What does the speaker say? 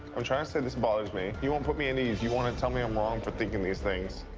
i'm trying to say this bothers me. you won't put me at ease. you want to tell me i'm wrong for thinking these things.